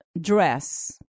dress